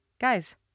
Guys